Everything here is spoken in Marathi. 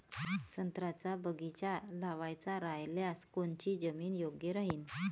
संत्र्याचा बगीचा लावायचा रायल्यास कोनची जमीन योग्य राहीन?